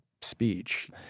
speech